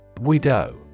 Widow